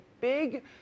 big